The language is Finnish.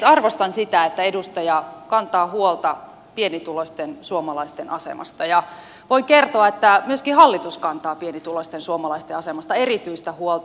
arvostan sitä että edustaja kantaa huolta pienituloisten suomalaisten asemasta ja voin kertoa että myöskin hallitus kantaa pienituloisten suomalaisten asemasta erityistä huolta